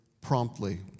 promptly